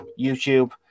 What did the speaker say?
YouTube